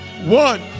one